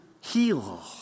heal